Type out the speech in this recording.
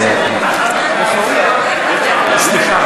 זה מבזה את הכנסת,